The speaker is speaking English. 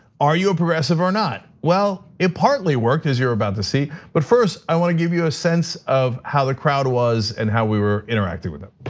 are you a progressive or not? well it partly worked as you're about to see, but first, i want to give you a sense of how the crowd was and how we were interacting with them.